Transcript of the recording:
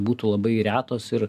būtų labai retos ir